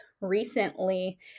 recently